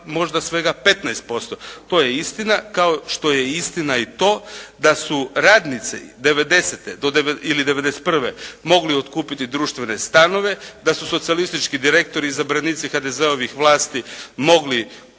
možda svega 15%. To je istina kao što je istina i to da su radnici 1990. do, ili 1991. mogli otkupiti društvene stanove. Da su socijalistički direktori izabranici HDZ-ovih vlasti mogli